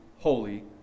holy